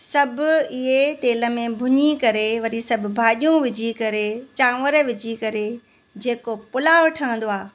सभु इहे तेल में भुञी करे वरी सभु भाॼियूं विझी करे चांवर विझी करे जेको पुलाउ ठहंदो आहे